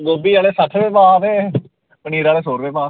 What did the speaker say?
गोभी आह्ले सट्ठ रपे भाव दे पनीर आह्ले सौ रपे भाव